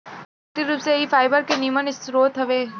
प्राकृतिक रूप से इ फाइबर के निमन स्रोत हवे